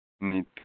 need